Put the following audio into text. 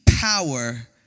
power